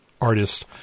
artist